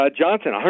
Johnson